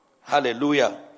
Hallelujah